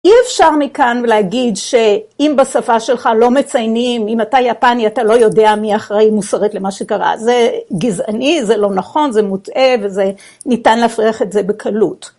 אי אפשר מכאן להגיד שאם בשפה שלך לא מציינים, אם אתה יפני, אתה לא יודע מי אחראי מוסרית למה שקרה, זה גזעני, זה לא נכון, זה מוטעה וזה, ניתן להפריך את זה בקלות.